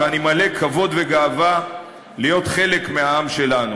ואני מלא כבוד וגאווה להיות חלק מהעם שלנו.